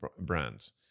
brands